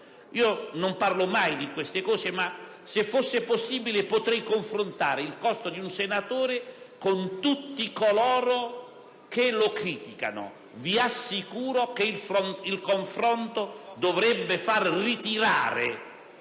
Non parlo mai di questi argomenti, ma se fosse necessario potrei confrontare il costo di un senatore con quello di tutti coloro che lo criticano. Vi assicuro che il confronto dovrebbe far ritirare